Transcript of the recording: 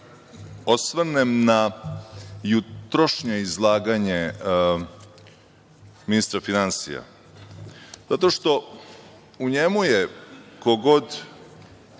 osvrnem na jutrošnje izlaganje ministra finansija, zato što u njemu je ko god